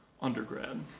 undergrad